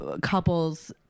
couples